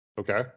Okay